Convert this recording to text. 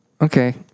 Okay